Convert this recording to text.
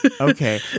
Okay